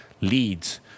leads